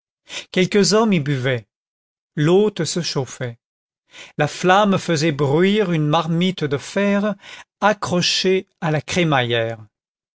quelques hommes y buvaient l'hôte se chauffait la flamme faisait bruire une marmite de fer accrochée à la crémaillère